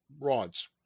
rods